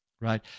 Right